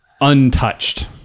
untouched